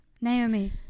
Naomi